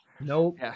nope